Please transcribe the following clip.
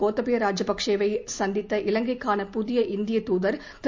கோத்தபய்ய ராஜபக்சேயை சந்தித்த இலங்கைக்கான புதிய இந்திய தூதர் திரு